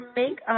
make